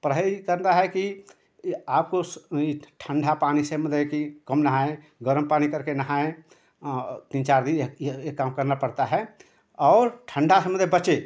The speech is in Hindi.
परहेज़ करना है कि कि आपको ठण्डे पानी से मतलब कि कम नहाएँ गर्म पानी करके नहाएँ तीन चार दिन यह यह काम करना पड़ता है और ठण्डा से मतलब बचें